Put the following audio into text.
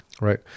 right